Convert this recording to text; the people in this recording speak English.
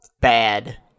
Bad